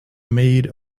made